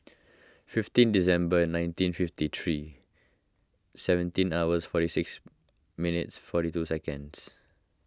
fifteen December nineteen fifty three seventeen hours forty six minutes forty two seconds